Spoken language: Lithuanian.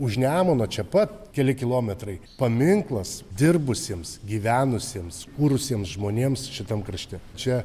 už nemuno čia pat keli kilometrai paminklas dirbusiems gyvenusiems kūrusiems žmonėms šitam krašte čia